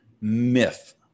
myth